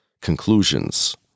conclusions